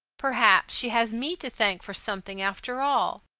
perhaps she has me to thank for something, after all.